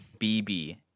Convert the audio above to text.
BB